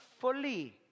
fully